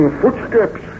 footsteps